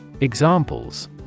Examples